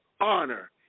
honor